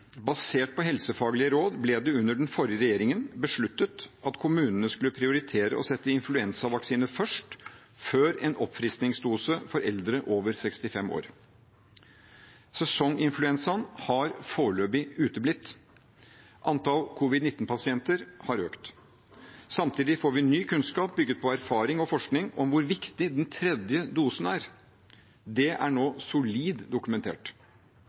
Basert på helsefaglige råd ble det under den forrige regjeringen besluttet at kommunene skulle prioritere å sette influensavaksine først, før en oppfriskningsdose for eldre over 65 år. Sesonginfluensaen har foreløpig uteblitt. Antall covid-19-pasienter har økt. Samtidig får vi ny kunnskap, bygget på erfaring og forskning, om hvor viktig den tredje dosen er. Det er nå solid dokumentert.